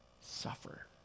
suffer